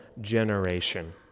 generation